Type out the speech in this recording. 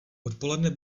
odpoledne